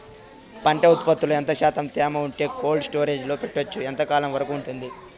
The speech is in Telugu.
పంట ఉత్పత్తులలో ఎంత శాతం తేమ ఉంటే కోల్డ్ స్టోరేజ్ లో పెట్టొచ్చు? ఎంతకాలం వరకు ఉంటుంది